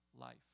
life